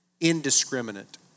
indiscriminate